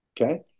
Okay